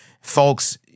folks